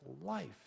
life